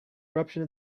eruption